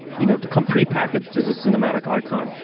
you know, to come pre-packaged as a cinematic icon.